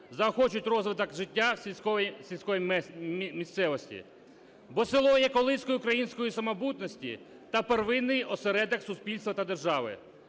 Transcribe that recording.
заохочують розвиток життя в сільській місцевості, бо село є колискою української самобутності та первинний осередок суспільства та держави.